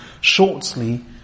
shortly